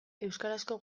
euskarazko